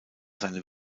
seine